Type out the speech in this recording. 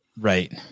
Right